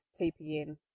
TPN